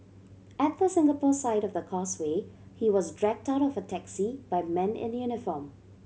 at the Singapore side of the Causeway he was dragged out of a taxi by men in uniform